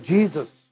Jesus